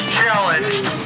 challenged